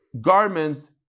garment